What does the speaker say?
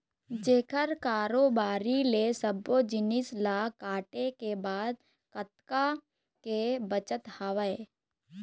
जेखर कारोबारी ले सब्बो जिनिस ल काटे के बाद कतका के बचत हवय